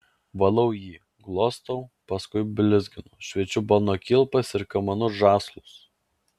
valau jį glostau paskui blizginu šveičiu balno kilpas ir kamanų žąslus